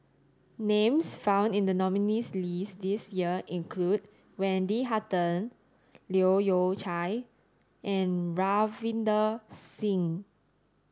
names found in the nominees' list this year include Wendy Hutton Leu Yew Chye and Ravinder Singh